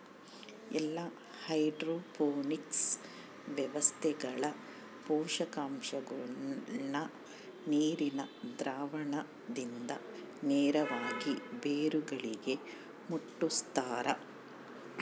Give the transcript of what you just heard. ಎಲ್ಲಾ ಹೈಡ್ರೋಪೋನಿಕ್ಸ್ ವ್ಯವಸ್ಥೆಗಳ ಪೋಷಕಾಂಶಗುಳ್ನ ನೀರಿನ ದ್ರಾವಣದಿಂದ ನೇರವಾಗಿ ಬೇರುಗಳಿಗೆ ಮುಟ್ಟುಸ್ತಾರ